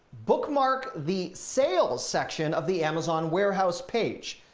bookmark the sales section of the amazon warehouse page.